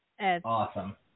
awesome